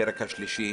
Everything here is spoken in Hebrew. הפרק השלישי,